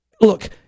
look